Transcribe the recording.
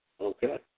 Okay